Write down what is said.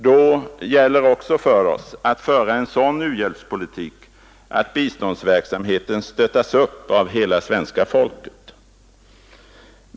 Då gäller också för oss att föra en sådan u-hjälpspolitik att biståndsverksamheten stöttas upp av hela svenska folket.